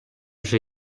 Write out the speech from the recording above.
вже